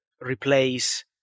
replace